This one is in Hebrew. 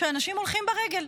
שאנשים הולכים ברגל.